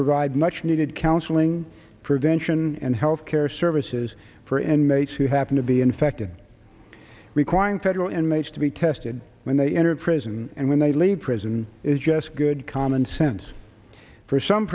provide much needed counseling prevention and health care services for end mates who happen to be infected requiring federal inmates to be tested when they enter prison and when they leave prison is just good common sense for some